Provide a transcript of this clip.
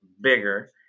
bigger